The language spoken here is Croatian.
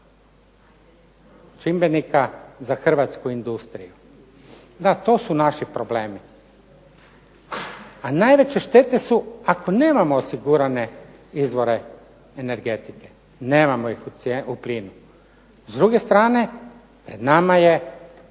čimbenika za hrvatsku industriju. Da, to su naši problemi. A najveće štete su ako nemamo osigurane izvore energetike, nemamo ih u plinu. S druge strane pred nama je